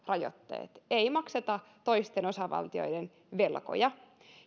rajoitteet ei makseta toisten osavaltioiden velkoja